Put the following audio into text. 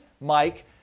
Mike